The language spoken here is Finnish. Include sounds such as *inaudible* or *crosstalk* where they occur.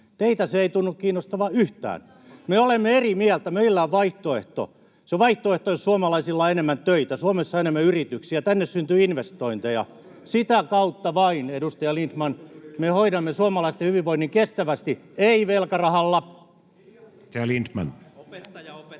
Teitä se ei tunnu kiinnostavan yhtään. Me olemme eri mieltä, meillä on vaihtoehto. Se on vaihtoehto, jossa on suomalaisilla enemmän töitä, Suomessa on enemmän yrityksiä, tänne syntyy investointeja. *noise* Sitä kautta vain, edustaja Lindtman, me hoidamme suomalaisten hyvinvoinnin kestävästi, ei velkarahalla. Edustaja Lindtman. Arvoisa